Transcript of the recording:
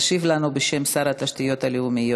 ישיב לנו בשם שר התשתיות הלאומיות,